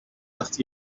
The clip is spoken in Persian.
وقت